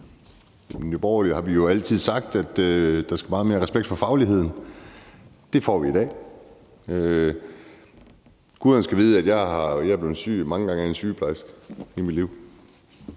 I Nye Borgerlige har vi jo altid sagt, at der skulle være meget mere respekt for fagligheden. Det får vi i dag. Guderne skal vide, at jeg er blevet syet mange gange i mit liv